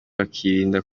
bakirinda